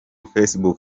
facebook